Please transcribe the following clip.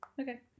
Okay